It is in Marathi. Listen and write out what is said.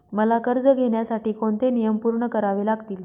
मला कर्ज घेण्यासाठी कोणते नियम पूर्ण करावे लागतील?